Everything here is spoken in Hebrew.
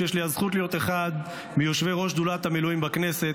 ויש לי הזכות להיות אחד מיושבי-ראש שדולת המילואים בכנסת,